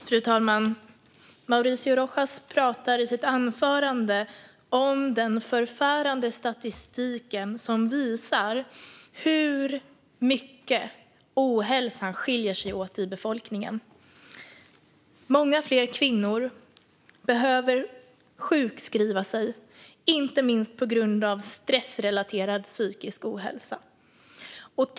Fru talman! Mauricio Rojas pratar i sitt anförande om den förfärande statistik som visar hur mycket ohälsan skiljer sig åt i befolkningen. Många fler kvinnor behöver sjukskriva sig, inte minst på grund av stressrelaterad psykisk ohälsa.